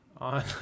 on